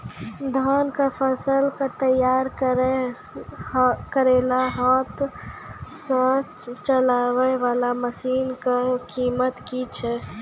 धान कऽ फसल कऽ तैयारी करेला हाथ सऽ चलाय वाला मसीन कऽ कीमत की छै?